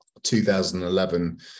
2011